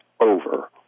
over